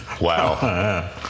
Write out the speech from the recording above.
Wow